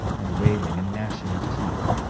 and wailing, and gnashing of teeth,